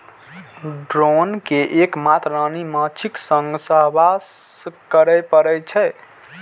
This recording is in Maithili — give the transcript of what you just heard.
ड्रोन कें एक मात्र रानी माछीक संग सहवास करै पड़ै छै